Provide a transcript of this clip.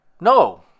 No